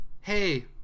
Hey